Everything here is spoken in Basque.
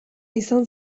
izan